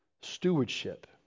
stewardship